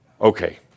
Okay